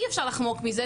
אי אפשר לחמוק מזה.